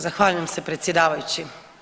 Zahvaljujem se predsjedavajući.